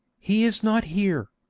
he is not here.